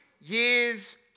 Year's